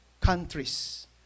countries